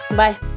bye